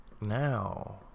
Now